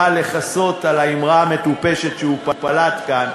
לכסות על האמירה המטופשת שהוא פלט כאן,